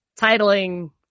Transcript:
titling